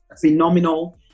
phenomenal